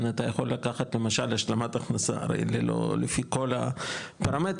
אתה יכול למשל השלמת הכנסה הרי ללא לפי כל הפרמטרים,